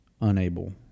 unable